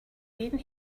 been